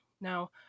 Now